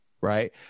right